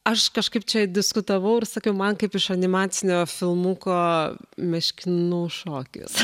aš kažkaip čia diskutavau ir sakiau man kaip iš animacinio filmuko meškinų šokis